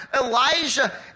Elijah